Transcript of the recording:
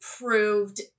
proved